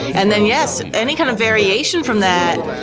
and then, yes, any kind of variation from that,